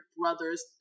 brothers